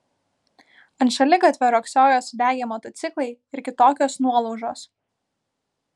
ant šaligatvio riogsojo sudegę motociklai ir kitokios nuolaužos